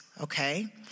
okay